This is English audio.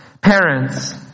Parents